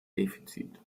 defizit